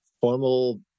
formal